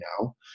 Now